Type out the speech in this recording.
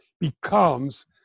becomes